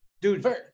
Dude